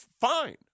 Fine